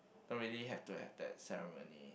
don't really have to have that ceremony